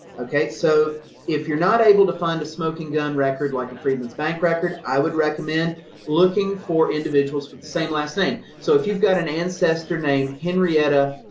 ok, so if you're not able to find a smoking gun record, like a freedmen's bank record, i would recommend looking for individuals with the same last name. so if you've got an ancestor named henrietta,